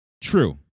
True